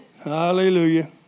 Hallelujah